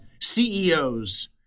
CEOs